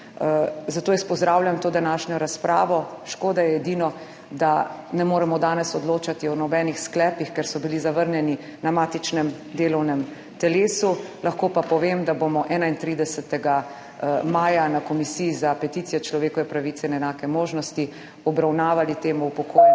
zato jaz pozdravljam to današnjo razpravo. Škoda je edino, da ne moremo danes odločati o nobenih sklepih, ker so bili zavrnjeni na matičnem delovnem telesu. Lahko pa povem, da bomo 31. maja na Komisiji za peticije, človekove pravice in enake možnosti obravnavali temo upokojencev